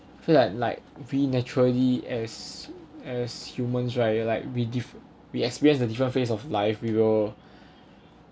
feel like like really naturally as as humans right like we we experience the different phase of life we will